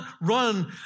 run